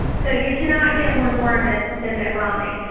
so you cannot get more mormon than mitt romney.